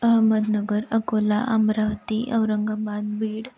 Ahmednagar Akola Amravati Aurangabad Beed